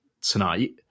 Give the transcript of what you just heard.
tonight